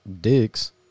dicks